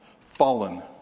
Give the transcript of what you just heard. fallen